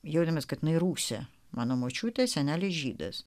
jaučiamės katinai rūsio mano močiutė senelis žydas